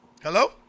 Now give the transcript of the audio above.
Hello